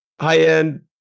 high-end